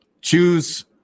choose